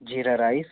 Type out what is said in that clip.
जीरा राइस